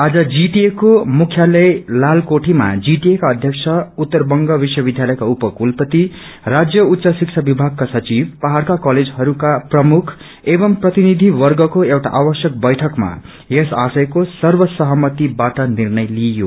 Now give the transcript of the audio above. आज जीटिएको मुख्यालय तालकोठीमा जीटिए का अध्यक्ष उत्तरबंग विश्वविध्यातयका उपकूलपति राज्य उच्च शिक्षा विभागका सचिव पहाइका कलेजहरुको प्रमुख एवं प्रतिनिधिवर्गको एउटा आवश्यक बैइकमा यस आशयको सर्वसहमति बाट निष्रय लिइयो